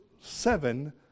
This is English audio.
seven